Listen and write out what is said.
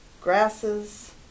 grasses